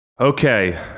Okay